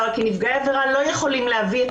אחרייך יעל